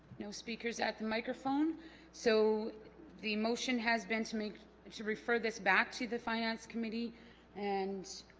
no speakers at the microphone so the motion has been to make to refer this back to the finance committee and